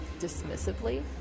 dismissively